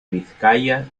vizcaya